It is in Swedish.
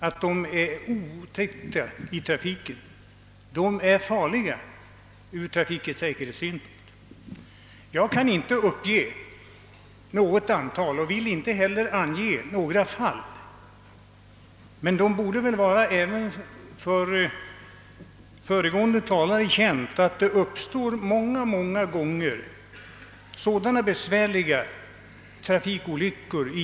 Jag kan inte uppge något antal trafikolyckor och vill inte heller ange några fall, men även herr Lothigius bör känna till att dessa fordon många gånger orsakar trafikolyckor.